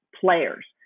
players